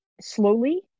slowly